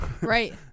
Right